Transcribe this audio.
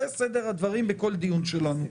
זה סדר הדברים בכל דיון שלנו.